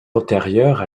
antérieure